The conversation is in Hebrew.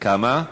כמה?